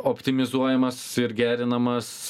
optimizuojamas ir gerinamas